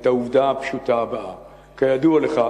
את העובדה הפשוטה הבאה: כידוע לך,